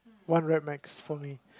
one rep max for me